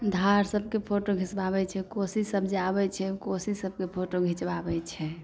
धार सबके फोटो घीचबाबै छै कोसी सब जे आबै छै कोसी सबके फोटो घीचबाबै छै